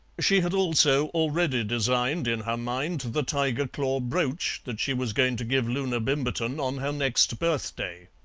she had also already designed in her mind the tiger-claw brooch that she was going to give loona bimberton on her next birthday.